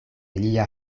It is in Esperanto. lia